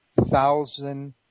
Thousand